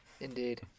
Indeed